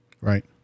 Right